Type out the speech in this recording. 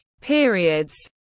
periods